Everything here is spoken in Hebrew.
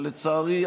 לצערי,